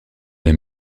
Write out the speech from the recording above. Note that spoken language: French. d’un